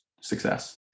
success